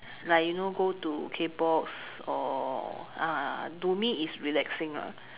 like you know go to K-Box or ah to me is relaxing lah